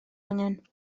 angen